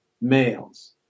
males